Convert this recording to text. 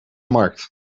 markt